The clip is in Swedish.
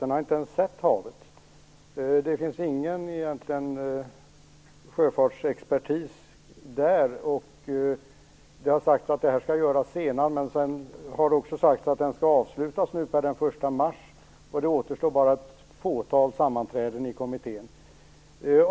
Den har inte sett havet, och den innehåller ingen egentlig sjöfartsexpertis. Det har sagts att det här skall göras sedan, men det har också sagts att kommitténs arbete skall avslutas per den 1 mars. Det återstår bara ett fåtal sammanträden i kommittén.